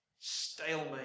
stalemate